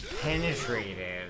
penetrated